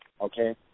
Okay